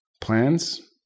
plans